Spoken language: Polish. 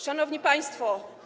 Szanowni Państwo!